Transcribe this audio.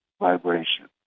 vibration